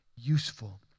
useful